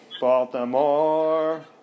Baltimore